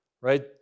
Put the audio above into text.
right